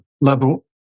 level